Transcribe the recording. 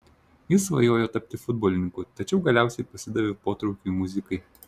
jis svajojo tapti futbolininku tačiau galiausiai pasidavė potraukiui muzikai